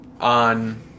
on